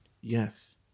Yes